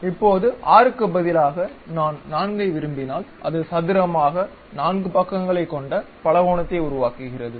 இப்போது 6 க்கு பதிலாக நான் 4 ஐ விரும்பினால் அது சதுரமாக 4 பக்கங்களைக் கொண்ட பலகோணத்தை உருவாக்குகிறது